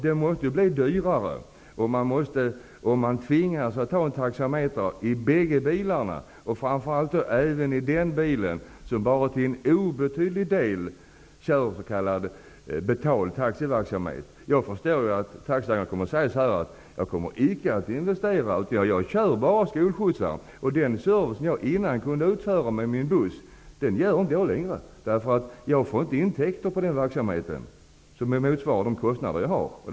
Det måste ju bli dyrare om man tvingas att ha en taxameter i bägge bilarna, framför allt i den bil som bara till en obetydlig del används för s.k. betald taxiverksamhet. Jag förstår att taxiägarna kommer att säga: Jag kommer icke att investera i detta utan bara köra skolskjutsen. Den service som jag tidigare kunde ge med min buss ger jag inte längre, därför att den verksamheten inte ger några intäkter som motsvarar de kostnader som jag har.